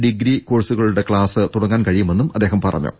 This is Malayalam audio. ഡിഗ്രി കോഴ്സുകളുടെ ക്ലാസ്സ് തുടങ്ങാൻ കഴിയുമെന്നും അദ്ദേഹം പറഞ്ഞു